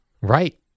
Right